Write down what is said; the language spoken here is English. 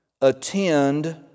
attend